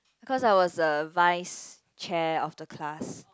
cause I was a vice chair of the class